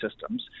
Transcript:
systems